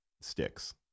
sticks